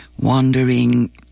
wandering